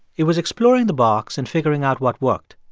it was exploring the box and figuring out what worked.